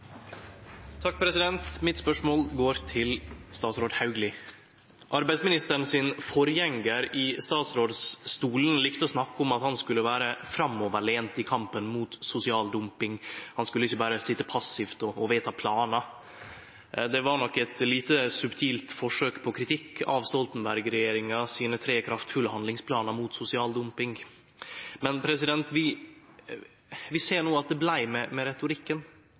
Mitt spørsmål går til statsråd Hauglie. Arbeidsministeren sin forgjengar i statsrådsstolen likte å snakke om at han skulle vere framoverlent i kampen mot sosial dumping. Han skulle ikkje berre sitje passivt og vedta planar. Det var nok eit lite subtilt forsøk på kritikk av Stoltenberg-regjeringa sine tre kraftfulle handlingsplanar mot sosial dumping. Vi ser no at det vart med retorikken.